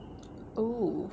oh